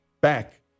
Back